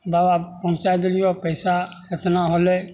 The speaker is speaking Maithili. बाबा पहुँचाइ देलियो पैसा एतना होलै